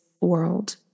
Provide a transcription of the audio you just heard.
world